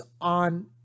on